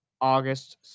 August